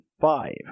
five